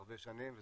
הרבה שנים.